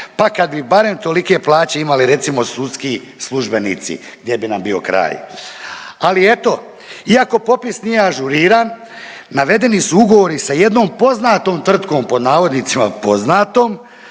Pa kad bi barem tolike plaće imali recimo sudski službenici gdje bi nam bio kraj. Ali eto, iako popis nije ažuriran navedeni su ugovori sa jednom poznatom tvrtkom pod navodnicima poznatom